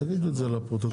תגידי את זה לפרוטוקול.